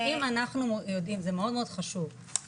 אם אנחנו יודעים זה מאוד חשוב,